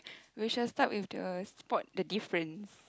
we shall start with the spot the difference